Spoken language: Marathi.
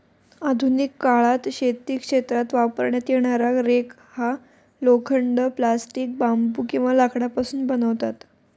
आधुनिक काळात शेती क्षेत्रात वापरण्यात येणारा रेक हा लोखंड, प्लास्टिक, बांबू किंवा लाकडापासून बनवतात